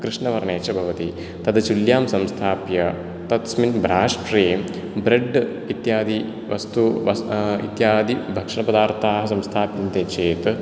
कृष्णवर्णे च भवति तद् चुल्यां संस्थाप्य तस्मिन् ब्राष्ट्रे ब्रेड् इत्यादि वस्तु इत्यादि भक्षणपदार्थाः संस्थाप्यन्ते चेत्